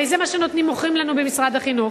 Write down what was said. הרי זה מה שמוכרים לנו במשרד החינוך,